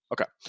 Okay